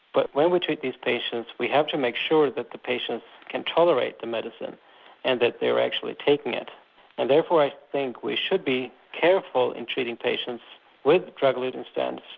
but when we treat these patients we have to make sure that the patients can tolerate the medicine and that they're actually taking it and therefore i think we should be careful in treating patients with drug-eluting stents.